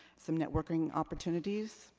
some networking opportunities.